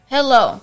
Hello